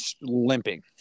limping